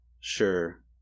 sure